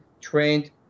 trained